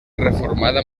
reformada